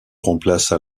remplace